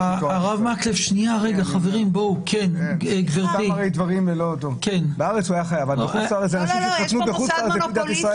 היו מקרים שלא היה ניתן לעזור לאותן נשים לולא הוראת השעה,